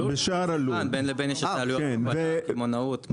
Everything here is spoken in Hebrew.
בין לבין יש העלויות כמו הקמעונאות.